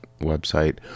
website